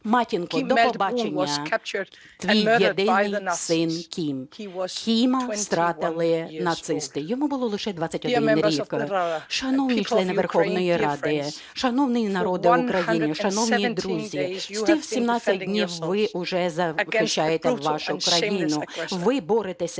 матінко, до побачення. Твій єдиний син Кім". Кіма стратили нацисти. Йому було лише 21 рік. Шановні члени Верховної Ради, шановний народне України, шановні друзі, 117 днів ви вже захищаєте вашу країну, ви боретеся